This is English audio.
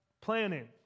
planning